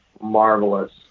marvelous